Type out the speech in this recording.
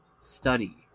Study